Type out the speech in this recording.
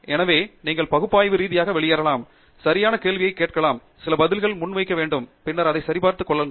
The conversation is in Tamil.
எனவே நீங்கள் பகுப்பாய்வு ரீதியாக வெளியேறலாம் சரியான கேள்வியைக் கேட்கலாம் சில பதில்களை முன்வைக்க வேண்டும் பின்னர் அதை சரிபார்த்துக் கொள்ளுங்கள்